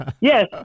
Yes